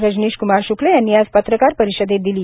रजनीश कुमार श्क्ल यांनी आज पत्रकार परिषदेत दिली